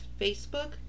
Facebook